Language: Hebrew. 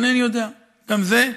אינני יודע גם את זה,